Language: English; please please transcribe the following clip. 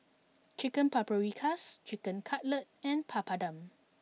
Chicken Paprikas Chicken Cutlet and Papadum